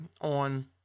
on